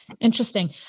Interesting